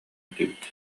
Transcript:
этибит